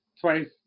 twice